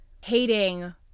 hating